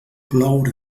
ploure